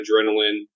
adrenaline